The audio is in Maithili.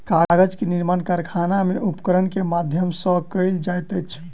कागज के निर्माण कारखाना में उपकरण के माध्यम सॅ कयल जाइत अछि